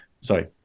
Sorry